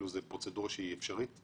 זו פרוצדורה שהיא אפשרית?